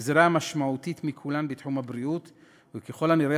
הגזירה המשמעותית מכולן בתחום הבריאות היא ככל הנראה